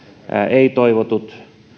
ei toivotut